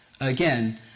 again